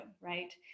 right